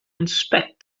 inspect